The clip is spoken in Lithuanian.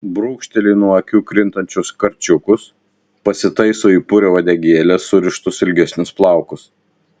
brūkšteli nuo akių krintančius karčiukus pasitaiso į purią uodegėlę surištus ilgesnius plaukus